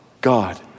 God